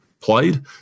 played